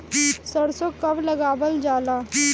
सरसो कब लगावल जाला?